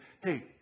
hey